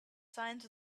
signs